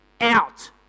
out